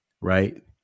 Right